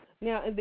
Now